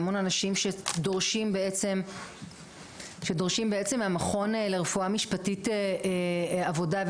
המון אנשים שדורשים בעצם מהמכון לרפואה משפטית עבודה,